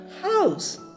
house